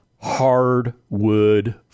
hardwood